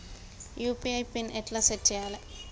UPI pin ఎట్లా set చేయాలే?